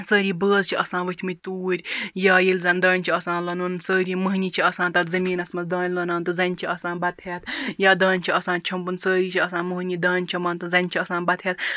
سٲری بٲژ چھِ آسان ؤتھۍمِتۍ توٗرۍ یا ییٚلہِ زَن دانہِ چھُ آسان لوٚنُن سٲری مۅہنی چھِ آسان تتھ زمیٖنَس مَنٛز دانہِ لوٚنان تہٕ زَنہِ چھِ آسان بَتہٕ ہیٚتھ یا دانہِ چھ آسان چھۄمبُن سٲری چھِ آسان مۅہنی دانہِ چھۅمبُن تہٕ زَنہِ چھِ آسان بَتہٕ ہیٚتھ